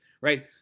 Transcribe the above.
right